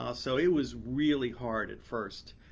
ah so, it was really hard at first.